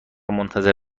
منتظر